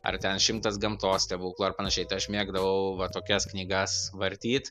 ar ten šimtas gamtos stebuklų ar panašiai tai aš mėgdavau va tokias knygas vartyt